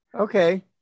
Okay